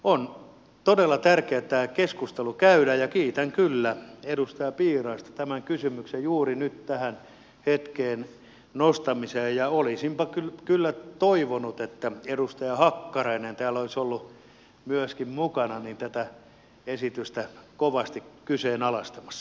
on todella tärkeätä että tämä keskustelu käydään ja kiitän kyllä edustaja piiraista tämän kysymyksen juuri nyt tähän hetkeen nostamisesta ja olisinpa kyllä toivonut että edustaja hakkarainen täällä olisi ollut myöskin mukana tätä esitystä kovasti kyseenalaistamassa